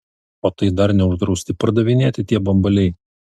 o tai dar neuždrausti pardavinėti tie bambaliai